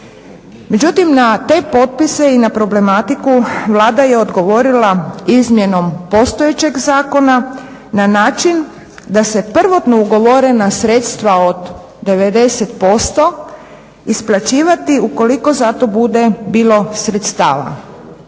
Međutim, na te potpise i na problematiku Vlada je odgovorila izmjenom postojećeg zakona na način da se prvotno ugovorena sredstva od 90% isplaćivati ukoliko za to bude bilo sredstava,